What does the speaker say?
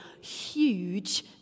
huge